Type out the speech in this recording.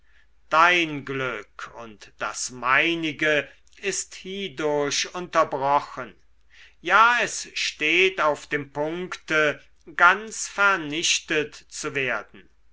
dein glück und das meinige ist hiedurch unterbrochen ja es steht auf dem punkte ganz vernichtet zu werden